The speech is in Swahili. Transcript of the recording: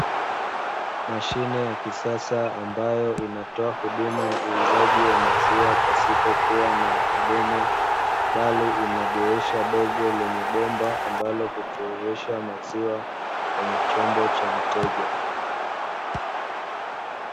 Mashine ya kisasa ambayo inatoa huduma ya uuzaji wa maziwa pasipo kuwa na muhudumu, bali ina dirisha dogo lenye bomba ambalo hutiririsha maziwa kwenye chombo cha mteja.